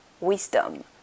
wisdom